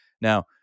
Now